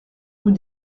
rue